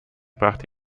brachte